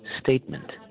statement